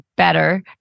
Better